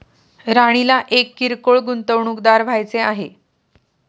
राणीला एक किरकोळ गुंतवणूकदार व्हायचे आहे